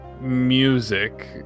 music